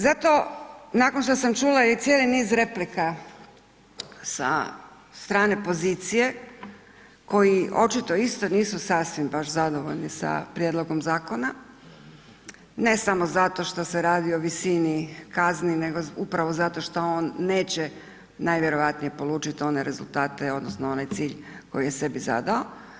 Zato nakon što sam čula i cijeli niz replika sa strane pozicije koji očito isto nisu sasvim baš zadovoljni sa prijedlogom zakona, ne samo zato što se radi o visini kazni, nego upravo zato šta on neće najvjerojatnije polučit one rezultate odnosno onaj cilj koji je sebi zadao.